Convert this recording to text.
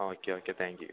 okay okay thank you